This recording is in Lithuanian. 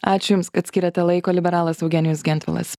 ačiū jums kad skyrėte laiko liberalas eugenijus gentvilas